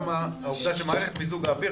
גם העובדה שמערכת מיזוג האוויר,